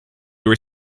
were